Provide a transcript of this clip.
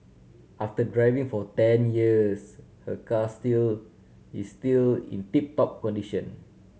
after driving for ten years her car still is still in tip top condition